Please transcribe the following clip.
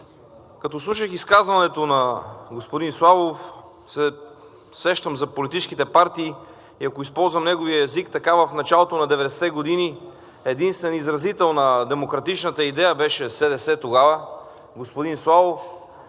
Като слушах изказването на господин Славов, се сещам за политическите партии и ако използвам неговия език, така в началото на 90-те години единствен изразител на демократичната идея беше СДС тогава, господин Славов.